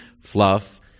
fluff